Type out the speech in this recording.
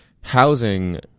housing